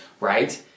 right